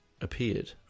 appeared